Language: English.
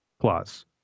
Plus